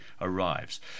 arrives